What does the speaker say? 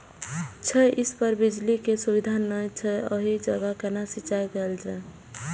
छै इस पर बिजली के सुविधा नहिं छै ओहि जगह केना सिंचाई कायल जाय?